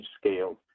scale